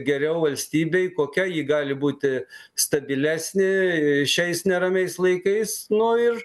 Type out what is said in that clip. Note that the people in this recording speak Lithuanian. geriau valstybei kokia ji gali būti stabilesnė ir šiais neramiais laikais nu ir